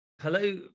Hello